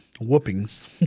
whoopings